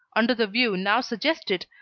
under the view now suggested,